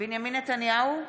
בנימין נתניהו,